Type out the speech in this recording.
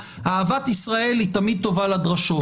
אהבת ישראל היא תמיד טובה לדרשות,